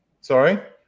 Sorry